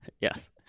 Yes